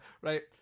right